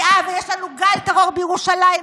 ואני אשאל עוד פעם: אדוני ראש הממשלה,